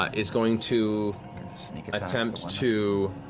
is going to attempt to